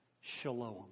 shalom